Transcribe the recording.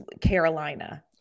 Carolina